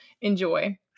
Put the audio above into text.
enjoy